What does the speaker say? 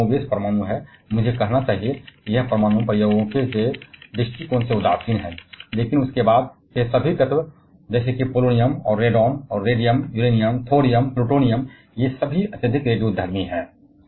lead कम या ज्यादा परमाणु है मुझे कहना चाहिए कि यह परमाणु प्रयोगों के दृष्टिकोण से तटस्थ है लेकिन इसके बाद के सभी तत्व जैसे कि पोलोनियम और रेडोन और रेडियम यूरेनियम थोरियम प्लूटोनियम ये सभी अत्यधिक रेडियोधर्मी हैं